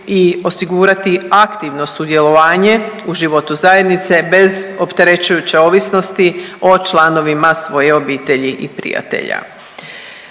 i osigurati aktivno sudjelovanje u životu zajednice bez opterećujuće ovisnosti o članovima svoje obitelji i prijatelja.